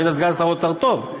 והיית סגן שר אוצר טוב,